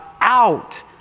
out